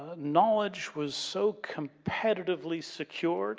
knowledge was so competitively secured